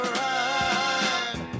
ride